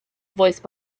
voice